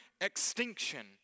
extinction